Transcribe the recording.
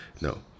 No